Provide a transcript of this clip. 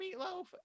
meatloaf